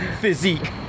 physique